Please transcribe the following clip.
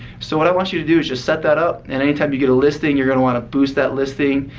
so what i want you to do is just set that up and anytime you get a listing, you're going to want to boost that listing.